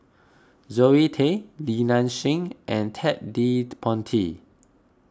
Zoe Tay Li Nanxing and Ted De Ponti